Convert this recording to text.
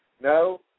No